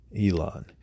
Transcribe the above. Elon